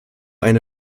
eine